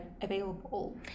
available